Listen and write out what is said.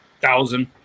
Thousand